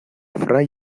fray